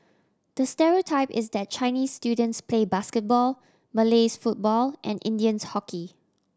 the stereotype is that Chinese students play basketball Malays football and Indians hockey